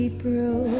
April